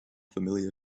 familiar